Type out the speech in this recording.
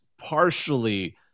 partially